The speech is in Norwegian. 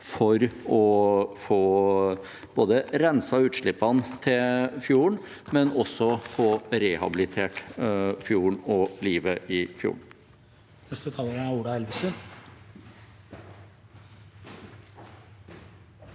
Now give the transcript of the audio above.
for å få renset utslippene til fjorden, og for å få rehabilitert fjorden og livet i den.